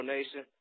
Nation